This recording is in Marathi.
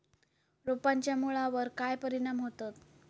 रोपांच्या मुळावर काय परिणाम होतत?